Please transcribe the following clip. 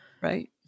Right